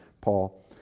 Paul